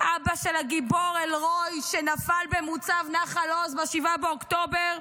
אבא של הגיבור אלרואי שנפל במוצב נחל עוז ב-7 באוקטובר?